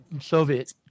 Soviet